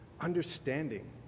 understanding